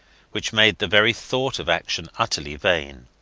which made the very thought of action utterly vain.